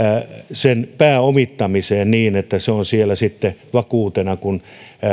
sen pääomittamiseen niin että se on siellä sitten vakuutena kun